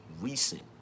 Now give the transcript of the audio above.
recent